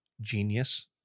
genius